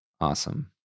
Awesome